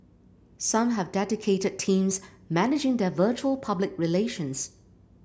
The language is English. some have dedicated teams managing their virtual public relations